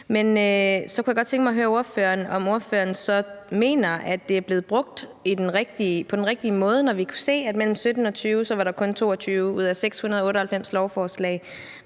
Jeg kunne godt tænke mig at høre ordføreren, om ordføreren så mener, at det er blevet brugt på den rigtige måde, når vi kunne se, at det mellem 2017 og 2020 kun var i 22 ud af 698 lovforslag,